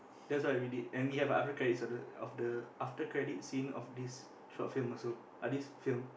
that's what we did and we have a after credits of the of the after credits scene of this short film also uh this film